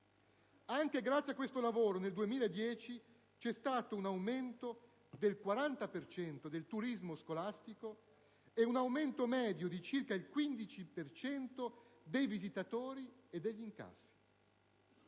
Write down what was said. Anche grazie a questo lavoro, nel 2010 c'è stato un aumento del 40 per cento del turismo scolastico e un aumento medio di circa il 15 per cento dei visitatori e degli incassi.